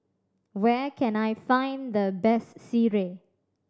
where can I find the best sireh